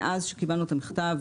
מאז שקיבלנו את המכתב,